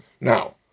Now